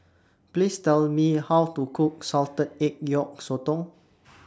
Please Tell Me How to Cook Salted Egg Yolk Sotong